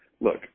Look